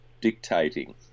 dictating